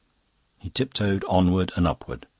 he tiptoed onward and upward.